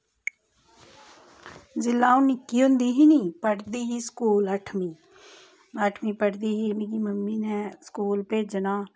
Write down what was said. जेल्लै अ'ऊं नि'क्की होंदी ही नी पढ़दी ही स्कूल अठमीं अठमीं पढ़दी ही मिगी मम्मी ने स्कूल भेजना